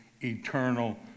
eternal